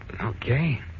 Okay